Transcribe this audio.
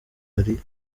hari